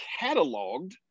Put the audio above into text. cataloged